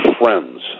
friends